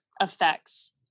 effects